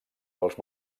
pels